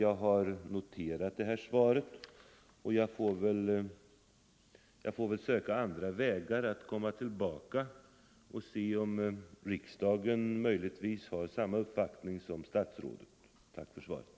Jag har noterat svaret och får väl söka andra vägar för att komma tillbaka och se om riksdagen möjligtvis har samma uppfattning som statsrådet. Tack än en gång för svaret.